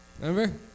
Remember